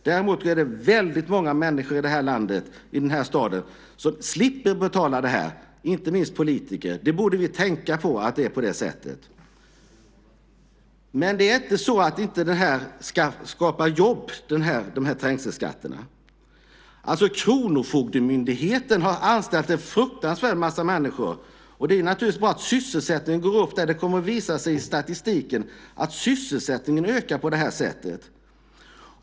Däremot är det väldigt många människor i det här landet och den här staden som slipper betala det här, inte minst politiker. Vi borde tänka på att det är på det sättet. Men det är inte så att den här trängselskatten inte skapar jobb. Kronofogdemyndigheten har anställt en fruktansvärd massa människor, och det är naturligtvis bra att sysselsättningen går upp där. Det kommer att visa sig i statistiken att sysselsättningen ökar på det här sättet.